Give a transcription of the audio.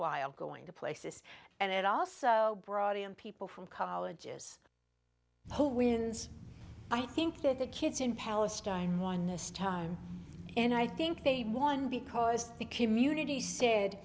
while going to places and it also brought in people from colleges who wins i think that the kids in palestine one this time and i think they won because the community said